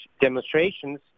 demonstrations